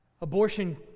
Abortion